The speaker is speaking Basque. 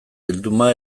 bilduma